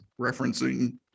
referencing